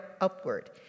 upward